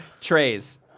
trays